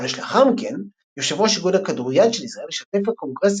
כחודש לאחר מכן יו"ר איגוד הכדוריד של ישראל השתתף בקונגרס